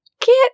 get